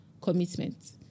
commitment